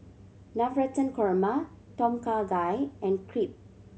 Navratan Korma Tom Kha Gai and Crepe